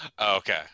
Okay